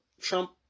Trump